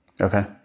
Okay